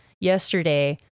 yesterday